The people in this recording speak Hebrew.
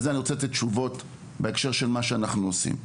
לתת תשובות שהן בהקשר של מה שאנחנו עושים.